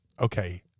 Okay